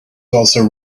also